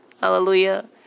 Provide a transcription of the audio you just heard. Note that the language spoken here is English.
Hallelujah